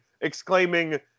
exclaiming